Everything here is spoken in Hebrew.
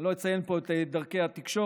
אני לא אציין פה את דרכי התקשורת,